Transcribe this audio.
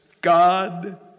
God